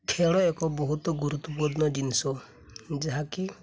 ଖେଳ ଏକ ବହୁତ ଗୁରୁତ୍ୱପୂର୍ଣ୍ଣ ଜିନିଷ ଯାହାକି